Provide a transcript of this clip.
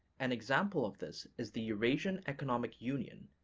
an example of this is the eurasian economic union,